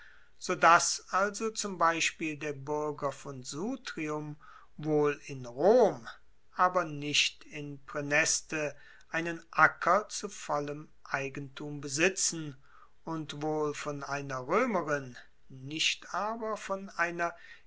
dass also zum beispiel der buerger von sutrium wohl in rom aber nicht in praeneste einen acker zu vollem eigentum besitzen und wohl von einer roemerin nicht aber von einer